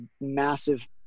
massive